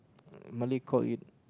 Malay call it